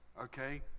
okay